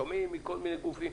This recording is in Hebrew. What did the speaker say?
אנחנו שומעים מכל מיני גופים.